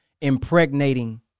Impregnating